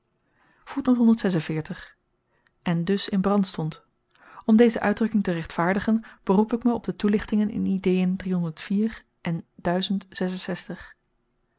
en dus in brand stond om deze uitdrukking te rechtvaardigen beroep ik me op de toelichtingen in ideen en